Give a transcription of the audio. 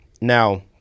Now